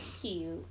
cute